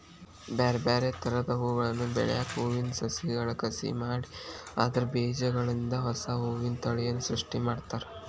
ಬ್ಯಾರ್ಬ್ಯಾರೇ ತರದ ಹೂಗಳನ್ನ ಬೆಳ್ಯಾಕ ಹೂವಿನ ಸಸಿಗಳ ಕಸಿ ಮಾಡಿ ಅದ್ರ ಬೇಜಗಳಿಂದ ಹೊಸಾ ಹೂವಿನ ತಳಿಯನ್ನ ಸೃಷ್ಟಿ ಮಾಡ್ತಾರ